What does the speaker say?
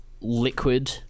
liquid